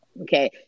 Okay